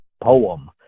poem